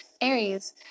Aries